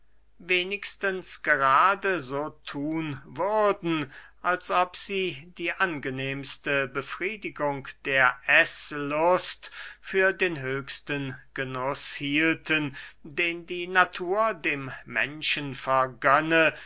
wenigstens gerade so thun würden als ob sie die angenehmste befriedigung der eßlust für den höchsten genuß hielten den die natur dem menschen